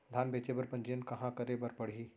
धान बेचे बर पंजीयन कहाँ करे बर पड़ही?